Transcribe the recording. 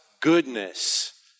Goodness